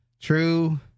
True